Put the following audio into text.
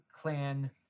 clan